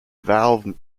valve